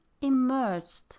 emerged